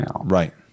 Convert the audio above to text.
Right